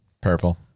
Purple